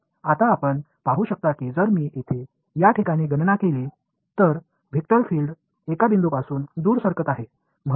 आता आपण पाहू शकता की जर मी येथे या ठिकाणी गणना केली तर वेक्टर फील्ड एका बिंदूपासून दूर सरकत आहे